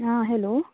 आं हॅलो आं